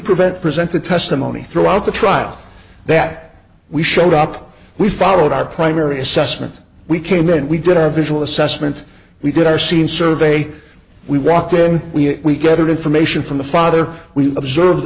prevent present the testimony throughout the trial that we showed up we followed our primary assessment we came in we did our visual assessment we did our scene survey we walked in we gathered information from the father we observe